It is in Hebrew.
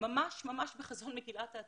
ממש בחזון מגילת העצמאות.